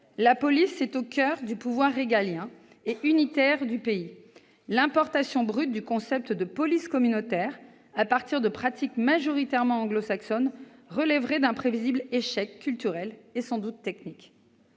la police est au coeur du pouvoir régalien et unitaire du pays. L'importation brute du concept de " police communautaire " à partir de pratiques majoritairement anglo-saxonnes relèverait d'un prévisible échec, culturel et sans doute technique.